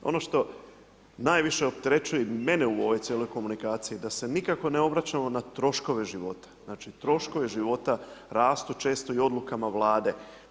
Ono što najviše opterećuje i mene u ovoj cijeloj komunikaciji, da se nikako ne obraćamo na troškove života, znači troškovi života rastu, često i odlukama Vlade.